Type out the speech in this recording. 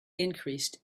increased